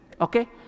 okay